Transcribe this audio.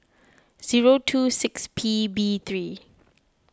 zero two six P B three